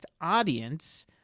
audience